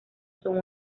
son